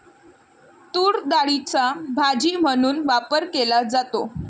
तूरडाळीचा भाजी म्हणून वापर केला जातो